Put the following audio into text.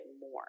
more